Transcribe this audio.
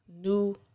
new